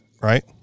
Right